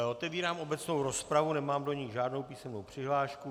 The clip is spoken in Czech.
Otevírám obecnou rozpravu, nemám do ní žádnou písemnou přihlášku.